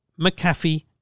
McAfee